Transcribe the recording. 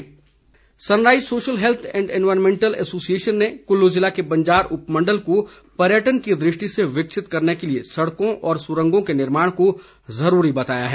Snehi sunrise social health and environmental association ने कुल्लू ज़िले के बंजार उपमंडल को पर्यटन की दृष्टि से विकसित करने के लिए सड़कों और सुरंगों के निर्माण को ज़रूरी बताया है